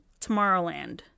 Tomorrowland